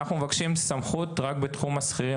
אנחנו מבקשים סמכות רק בתחום השכירים,